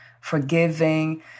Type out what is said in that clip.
forgiving